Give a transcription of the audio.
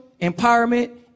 Empowerment